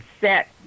set